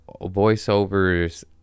voiceovers